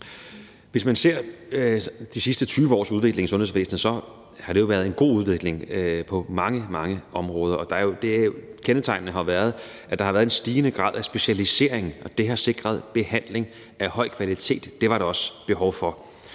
Hvis man ser på de sidste 20 års udvikling i sundhedsvæsenet, kan man se, at det jo har været en god udvikling på mange, mange områder. Kendetegnende er jo, at der har været en stigende grad af specialisering, og det har sikret behandling af høj kvalitet. Det var der også behov for.